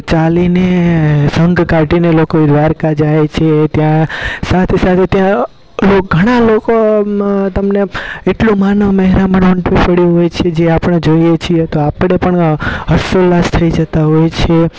ચાલીને સંઘ કાઢીને લોકો દ્વારિકા જાય છે ત્યાં સાથે સાથે ત્યાં લોક ઘણા લોકમાં તમને એટલો માનવ મહેરામણ ઉમટી પડ્યું હોય છે જે આપણો જોઈએ છીએ તો આપણે પણ હર્ષો ઉલ્લાસથી જતાં હોઈ છીએ